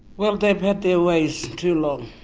well they've had their ways too long,